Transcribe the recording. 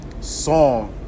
song